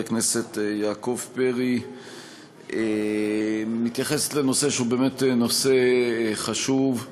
הכנסת יעקב פרי מתייחסת לנושא שהוא באמת נושא חשוב,